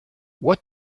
what